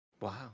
Wow